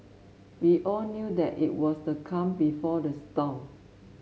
we all knew that it was the calm before the storm